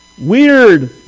weird